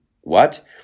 What